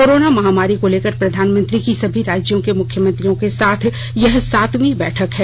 corona महामारी को लेकर प्रधानमंत्री का सभी राज्यों के मुख्यमंत्रियों के साथ यह सातवीं बैठक है